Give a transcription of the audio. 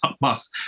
bus